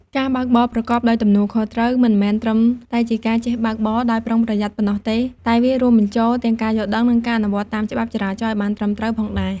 ការបើកបរប្រកបដោយទំនួលខុសត្រូវ មិនមែនត្រឹមតែជាការចេះបើកបរដោយប្រុងប្រយ័ន្តប៉ុណ្ណោះទេ តែវារួមបញ្ចូលទាំងការយល់ដឹង និងការអនុវត្តតាមច្បាប់ចរាចរណ៍ឲ្យបានត្រឹមត្រូវផងដែរ។